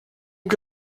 que